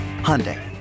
Hyundai